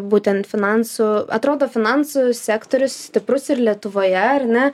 būtent finansų atrodo finansų sektorius stiprus ir lietuvoje ar ne